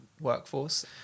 workforce